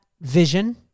vision